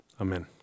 Amen